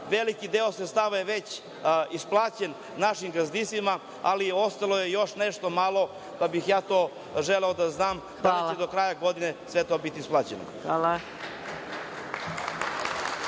Veliki deo sredstava je već isplaćen našim gazdinstvima, ali ostalo je još nešto malo pa bih ja to želeo da znam, da li će do kraja godine sve to biti isplaćeno?